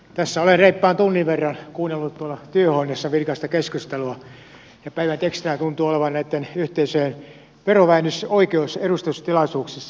tässä olen reippaan tunnin verran kuunnellut tuolla työhuoneessa vilkasta keskustelua ja päivän tekstinä tuntuu olevan näitten yhteisöjen verovähennysoikeus edustustilaisuuksissa